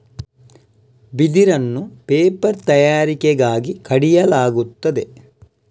ಬಿದಿರನ್ನು ಪೇಪರ್ ತಯಾರಿಕೆಗಾಗಿ ಕಡಿಯಲಾಗುತ್ತದೆ